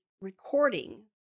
recording